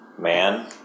man